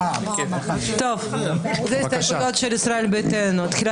1 ההסתייגות מס' 5 של קבוצת סיעת העבודה לא נתקבלה.